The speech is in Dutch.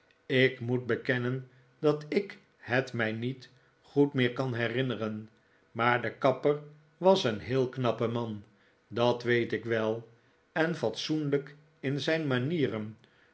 ik moet bekennen dat ik het mij niet goed meer kan herinneren maar de kapper was een heel knappe man dat weet ik wel en fatsoenlijk in zijn manieren